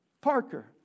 Parker